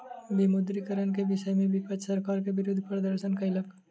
विमुद्रीकरण के विषय में विपक्ष सरकार के विरुद्ध प्रदर्शन कयलक